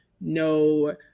no